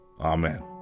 Amen